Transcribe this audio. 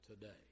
today